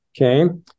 Okay